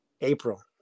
April